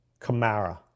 Kamara